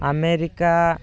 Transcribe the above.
America